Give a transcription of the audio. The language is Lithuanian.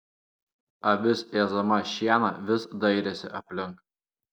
avis ėsdama šieną vis dairėsi aplink